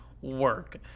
work